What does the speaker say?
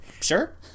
Sure